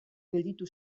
gelditu